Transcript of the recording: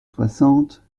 soixante